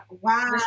wow